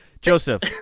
Joseph